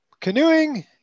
canoeing